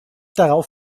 darauf